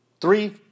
three